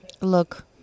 Look